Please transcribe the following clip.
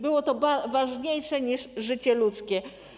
Było to ważniejsze niż życie ludzkie.